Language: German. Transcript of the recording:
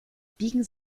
biegen